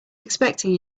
expecting